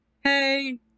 Hey